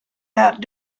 that